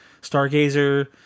Stargazer